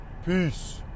Peace